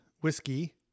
whiskey